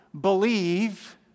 believe